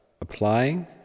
applying